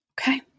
Okay